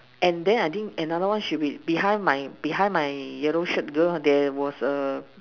and then I think another one should be behind my behind my yellow shirt girl there was a